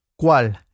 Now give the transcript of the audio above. ¿Cuál